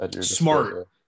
smart